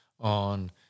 on